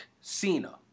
Cena